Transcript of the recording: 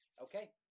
Okay